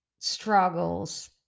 struggles